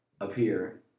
Appear